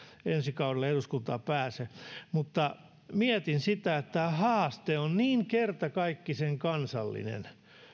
ensi kaudelle eduskuntaan pääse mutta mietin sitä että haaste on niin kertakaikkisen kansallinen